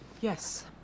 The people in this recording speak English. Yes